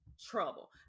trouble